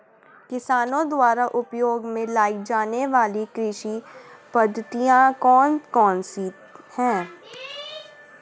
किसानों द्वारा उपयोग में लाई जाने वाली कृषि पद्धतियाँ कौन कौन सी हैं?